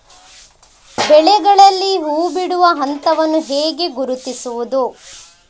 ಬೆಳೆಗಳಲ್ಲಿ ಹೂಬಿಡುವ ಹಂತವನ್ನು ಹೇಗೆ ಗುರುತಿಸುವುದು?